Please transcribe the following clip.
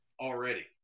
already